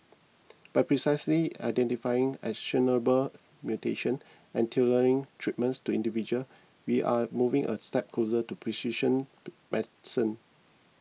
by precisely identifying actionable mutations and tailoring treatments to individual we are moving a step closer to precision medicine